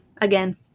Again